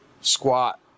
squat